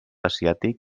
asiàtic